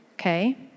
okay